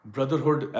Brotherhood